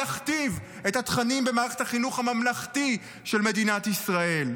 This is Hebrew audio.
יכתיב את התכנים במערכת החינוך הממלכתי של מדינת ישראל.